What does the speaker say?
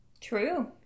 true